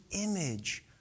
image